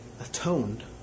atoned